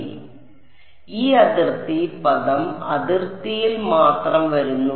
അതിനാൽ ഈ അതിർത്തി പദം അതിർത്തിയിൽ മാത്രം വരുന്നു